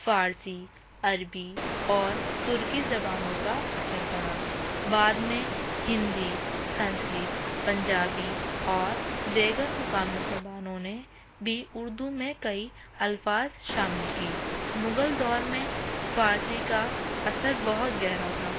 فارسی عربی اور ترکی زبانوں کا اثر پڑا بعد میں ہندی سنسکرت پنجابی اور دیگر مقامی زبانوں نے بھی اردو میں کئی الفاظ شامل کیے مغل دور میں فارسی کا اثر بہت گہرا تھا